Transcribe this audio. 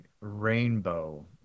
rainbow